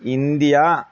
India